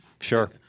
Sure